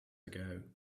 ago